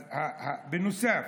בנוסף,